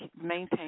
maintain